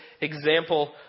example